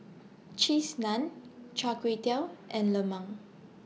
Cheese Naan Char Kway Teow and Lemang